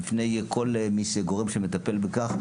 בפני כל גורם שמטפל בכך,